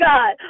God